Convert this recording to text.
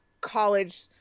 college